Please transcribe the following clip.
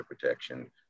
protection